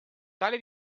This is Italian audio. tale